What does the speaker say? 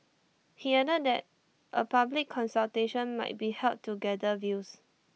he added that A public consultation might be held to gather views